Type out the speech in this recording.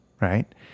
Right